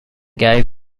gave